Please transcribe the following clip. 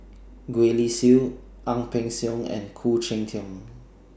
Gwee Li Sui Ang Peng Siong and Khoo Cheng Tiong